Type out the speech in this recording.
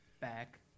back